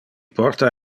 porta